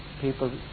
people